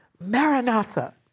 Maranatha